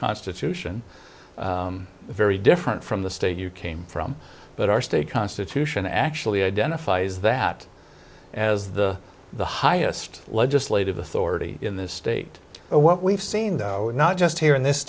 constitution very different from the state you came from but our state constitution actually identifies that as the the highest legislative authority in this state and what we've seen though not just here in this